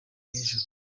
hejuru